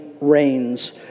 reigns